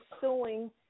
suing